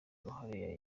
uruhare